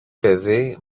παιδί